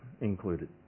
included